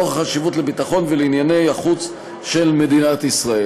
נוכח החשיבות לביטחון ולענייני החוץ של מדינת ישראל.